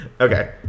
Okay